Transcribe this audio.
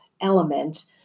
element